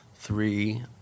three